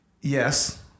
Yes